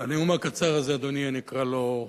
הנאום הקצר הזה, אדוני, אני אקרא לו: